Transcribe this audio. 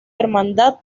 hermandad